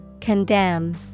Condemn